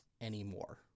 anymore